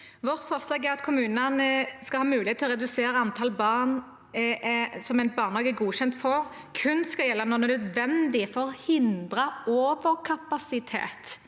Vårt for- slag om at kommunene skal ha mulighet til å redusere antall barn en barnehage er godkjent for, skal kun gjelde når det er nødvendig for å hindre overkapasitet